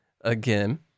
again